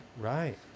right